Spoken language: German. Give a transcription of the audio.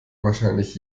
wahrscheinlich